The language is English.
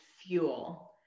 fuel